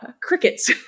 Crickets